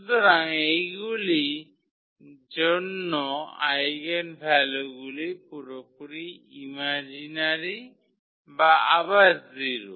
সুতরাং এইগুলির জন্য আইগেনভ্যালুগুলি পুরোপুরি ইমাজিনারি বা আবার 0